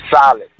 solid